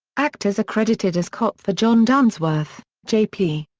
actors are credited as cop for john dunsworth, j p.